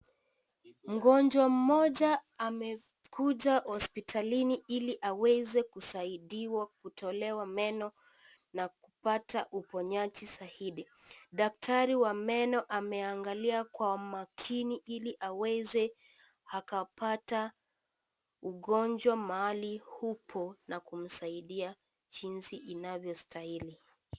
Mgonjwa mmoja amekuja hospitalini ili aweze kusaidiwa kutolewa meno na kupata uponyaji zaidi. Daktari wa meno ameangalia kwa makini ili aweze akapata ugonjwa mahali upo na kumsaidia jinsi inavyostahili.